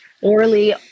Orly